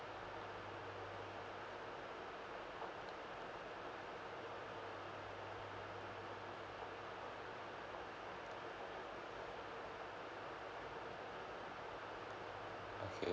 okay